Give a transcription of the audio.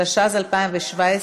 התשע"ז 2017,